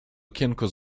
okienko